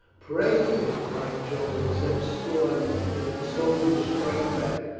pray for him! cried joan with such scorn that the soldier shrank back.